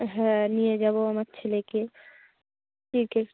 হ্যাঁ নিয়ে যাবো আমার ছেলেকে ক্রিকেট